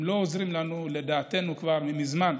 הם לא עוזרים לנו, לדעתנו, כבר מזמן.